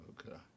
Okay